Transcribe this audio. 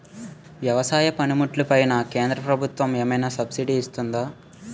వ్యవసాయ పనిముట్లు పైన కేంద్రప్రభుత్వం ఏమైనా సబ్సిడీ ఇస్తుందా?